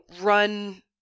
run